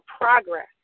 progress